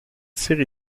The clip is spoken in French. série